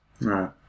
Right